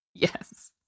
Yes